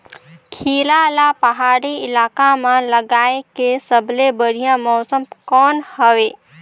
खीरा ला पहाड़ी इलाका मां लगाय के सबले बढ़िया मौसम कोन हवे?